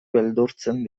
beldurtzen